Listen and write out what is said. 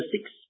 six